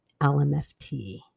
LMFT